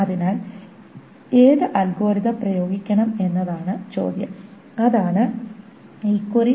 അതിനാൽ ഏത് അൽഗോരിതം പ്രയോഗിക്കണം എന്നതാണ് ചോദ്യം അതാണ് ഈ ക്വയരി ഒപ്റ്റിമൈസേഷന്റെ ചർച്ചാ വിഷയം